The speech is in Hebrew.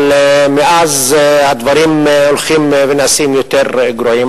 אבל מאז הדברים הולכים ונעשים יותר גרועים.